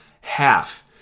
half